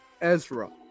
Ezra